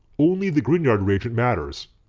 only the grignard reagent matters.